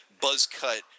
buzz-cut